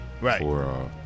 Right